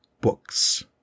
books